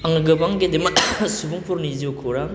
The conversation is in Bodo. आङो गोबां गेदेमा सुबुंफोरनि जिउखौरां